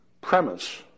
premise